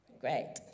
Great